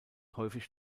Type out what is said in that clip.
häufig